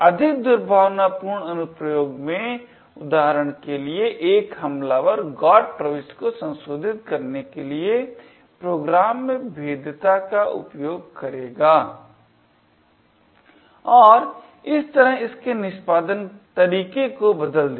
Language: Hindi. अधिक दुर्भावनापूर्ण अनुप्रयोग में उदाहरण के लिए एक हमलावर GOT प्रविष्टि को संशोधित करने के लिए प्रोग्राम में भेद्यता का उपयोग करेगा और इस तरह इसके निष्पादन तरीके को बदल देगा